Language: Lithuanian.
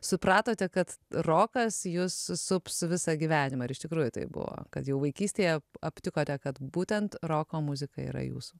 supratote kad rokas jus sups visą gyvenimą ar iš tikrųjų taip buvo kad jau vaikystėje aptikote kad būtent roko muzika yra jūsų